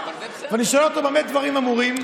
ואני שואל אותו: במה דברים אמורים?